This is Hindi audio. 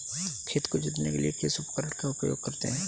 खेत को जोतने के लिए किस उपकरण का उपयोग करते हैं?